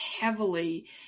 heavily